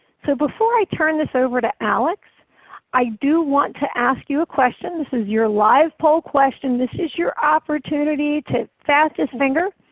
so before i turn this over to alex i do want to ask you a question. this is your live poll question. this is your opportunity to have fastest fingers.